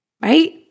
Right